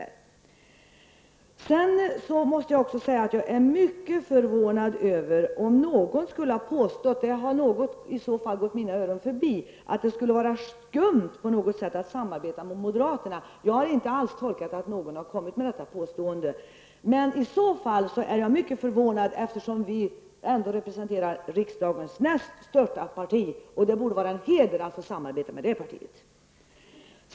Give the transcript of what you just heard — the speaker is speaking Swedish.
Jag måste också säga att jag skulle vara mycket förvånad om någon skulle ha påstått -- det har i så fall gått mina öron förbi -- att det på något sätt skulle vara skumt att samarbeta med moderaterna. Det skulle förvåna mig mycket, eftersom vi ändå är riksdagens näst största parti. Det borde vara en heder att få samarbeta med det partiet.